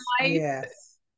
yes